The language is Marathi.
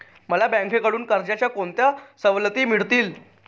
मला बँकेकडून कर्जाच्या कोणत्या सवलती मिळतील?